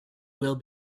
will